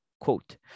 quote